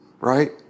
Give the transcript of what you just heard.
Right